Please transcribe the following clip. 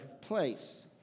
place